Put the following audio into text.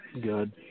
good